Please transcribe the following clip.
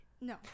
no